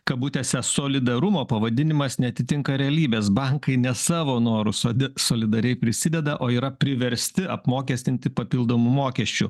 kabutėse solidarumo pavadinimas neatitinka realybės bankai ne savo noru sodi solidariai prisideda o yra priversti apmokestinti papildomu mokesčiu